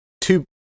Two